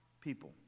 people